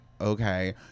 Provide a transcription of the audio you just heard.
okay